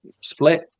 split